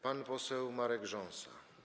Pan poseł Marek Rząsa.